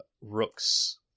rook's